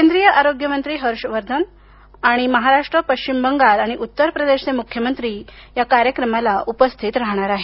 केंद्रीय आरोग्य मंत्री हर्षवर्धन आणि महाराष्ट्र पश्चिम बंगाल आणि उत्तर प्रदेशाचे मुख्यमंत्री आजच्या कार्यक्रमाला उपस्थित राहणार आहेत